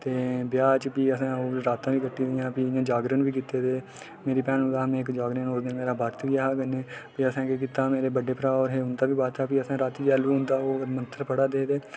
ते ब्याह् च बी असें ओह् रातां कट्टी दियां फ्ही इ'यां जागरन बी कीते दे मेरी भैनू दा में इक जागरन बाद च ब्याह् करने बी असें केह् कीता मेरे बड्डे भ्रा हे उं'दा बी बाद च हा ओह् मंत्तर पढ़ा दे हे ते